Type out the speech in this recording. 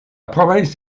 province